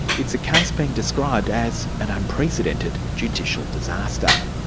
it's a case being described as an unprecedented judicial disaster.